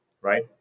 right